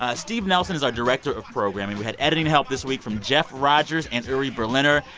ah steve nelson is our director of programming. we had editing help this week from jeff rogers and uri berliner.